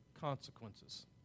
consequences